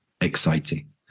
exciting